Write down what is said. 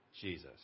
Jesus